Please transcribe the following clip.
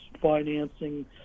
financing